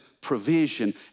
provision